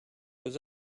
was